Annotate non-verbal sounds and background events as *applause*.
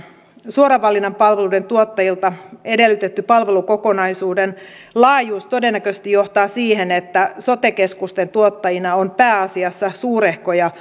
suoran valinnan palveluiden tuottajilta edellytetty palvelukokonaisuuden laajuus todennäköisesti johtaa siihen että sote keskusten tuottajina on pääasiassa suurehkoja *unintelligible*